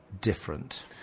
different